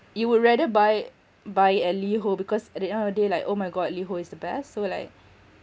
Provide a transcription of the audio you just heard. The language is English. you would rather buy buy at liho because at the end of the day like oh my god liho is the best so like